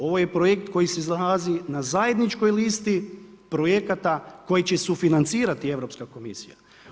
Ovo je projekt koji se nalazi na zajedničkoj listi projekata koji će sufinancirati Europska komisija.